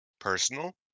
personal